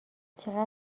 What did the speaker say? چقدر